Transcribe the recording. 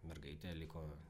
mergaitė liko